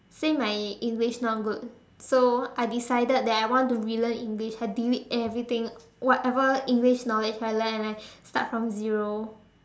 say my English not good so I decided that I want to relearn English I delete everything whatever English knowledge I learnt and I start from zero